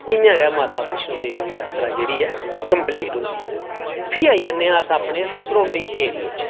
इ'यां गे माता बैष्णो देबी दी यात्रा जेह्ड़ी ऐ कम्पलीट होंदी ऐ फ्ही आई जन्ने आं अस अपने सरोंड़िंग ऐरिये च